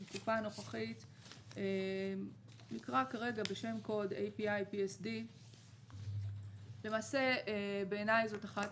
הנוכחית נקרא כרגע בשם קוד API-PSD. בעיני זאת אחת